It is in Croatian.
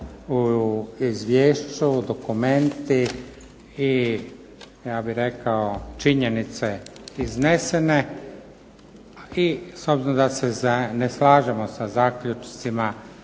u izvješću, dokumenti i ja bih rekao činjenice iznesene i s obzirom da se ne slažemo sa zaključcima